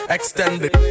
Extended